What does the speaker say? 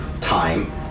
time